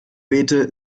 beete